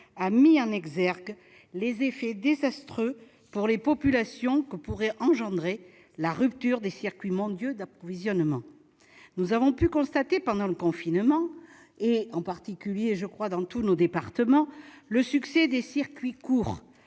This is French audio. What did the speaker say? a mis en exergue les effets désastreux pour les populations que pourrait provoquer la rupture des circuits mondiaux d'approvisionnement. Nous avons pu constater pendant le confinement, notamment dans nos départements, le succès des circuits court,